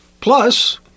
Plus